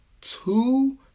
two